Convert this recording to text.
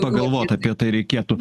pagalvot apie tai reikėtų